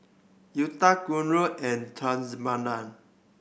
Udai Guru and Thamizhavel